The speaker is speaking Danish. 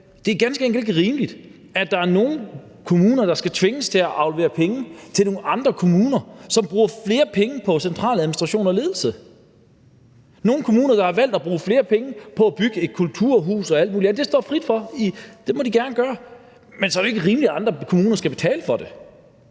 Det er ganske enkelt ikke rimeligt, at der er nogle kommuner, der skal tvinges til at aflevere penge til nogle andre kommuner, som bruger flere penge på centraladministration og ledelse; til nogle kommuner, der har valgt at bruge flere penge på at bygge et kulturhus og alt muligt andet. Det står dem frit for; det må de gerne gøre. Men så er det ikke rimeligt, at andre kommuner skal betale for det.